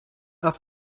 are